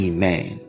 Amen